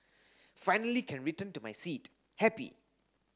finally can return to my seat happy